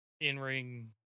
in-ring